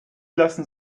lassen